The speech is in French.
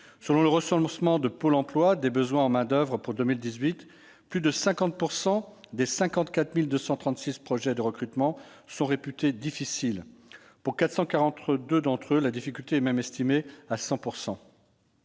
Selon le recensement de Pôle emploi des besoins en main-d'oeuvre pour 2018, plus de 50 % des 54 236 projets de recrutement sont réputés difficiles. Pour 442 d'entre eux, la difficulté est même estimée à 100 %.